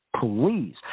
Please